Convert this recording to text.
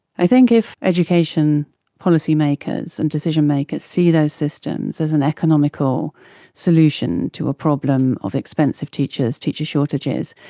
i think if education policymakers and decision-makers see those systems as an economical solution to a problem of expensive teachers, teacher shortages,